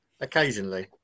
Occasionally